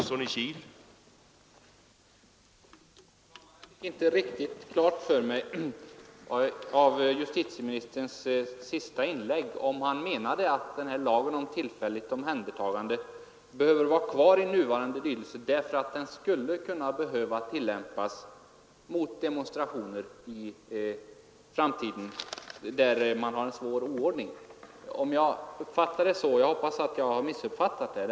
Herr talman! Av justitieministerns senaste inlägg får man intrycket att han menade att lagen om tillfälligt omhändertagande behöver vara av nuvarande lydelse därför att den i framtiden kan behöva tillämpas mot demonstrationer där det t.ex. råder svår oordning. Jag uppfattade uttalandet så, men jag hoppas verkligen att jag har missuppfattat det.